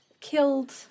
Killed